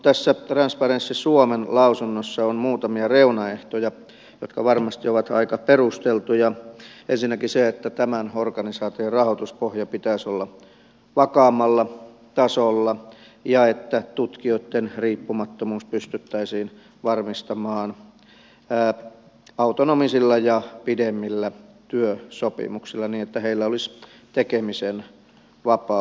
tässä transparency suomen lausunnossa on muutamia reunaehtoja jotka varmasti ovat aika perusteltuja ensinnäkin se että tämän organisaation rahoituspohjan pitäisi olla vakaammalla tasolla ja sitten se että tutkijoitten riippumattomuus pystyttäisiin varmistamaan autonomisilla ja pidemmillä työsopimuksilla niin että heillä olisi tekemisen vapaus